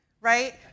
right